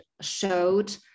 showed